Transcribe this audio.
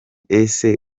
ese